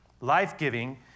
life-giving